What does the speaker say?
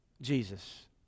Jesus